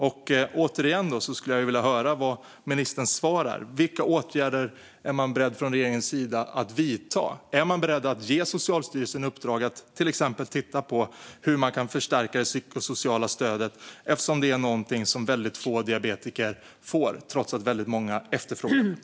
Så återigen: Vilka åtgärder är regeringen beredd att vidta? Är man till exempel beredd att ge Socialstyrelsen i uppdrag att titta på hur man kan förstärka det psykosociala stödet eftersom det är något få diabetiker får trots att många efterfrågar det?